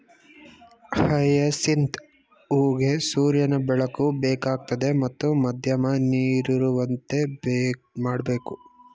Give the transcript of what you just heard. hyacinth ಹೂಗೆ ಸೂರ್ಯನ ಬೆಳಕು ಬೇಕಾಗ್ತದೆ ಮತ್ತು ಮಧ್ಯಮ ನೀರಿರುವಂತೆ ಮಾಡ್ಬೇಕು